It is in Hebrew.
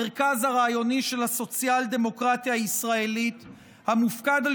המרכז הרעיוני של הסוציאל-דמוקרטיה הישראלית המופקד על